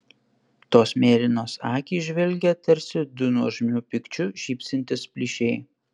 tos mėlynos akys žvelgė tarsi du nuožmiu pykčiu žybsintys plyšiai